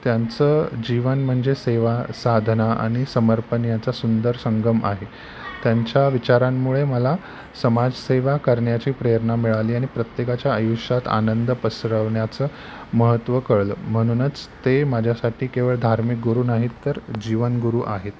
त्यांचं जीवन म्हणजे सेवा साधना आणि समर्पण याचा सुंदर संगम आहे त्यांच्या विचारांमुळे मला समाजसेवा करण्याची प्रेरणा मिळाली आणि प्रत्येकाच्या आयुष्यात आनंद पसरवण्याचं महत्त्व कळलं म्हणूनच ते माझ्यासाठी केवळ धार्मिक गुरु नाहीत तर जीवनगुरू आहेत